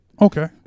Okay